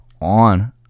on